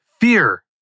Fear